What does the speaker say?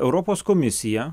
europos komisija